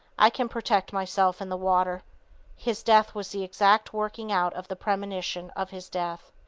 i can protect myself in the water his death was the exact working out of the premonition of his death.